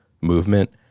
movement